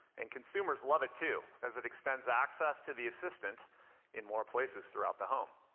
and consumers love it, too, as it extends access to the assistant in more places throughout the home.